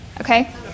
Okay